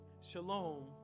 shalom